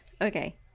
Okay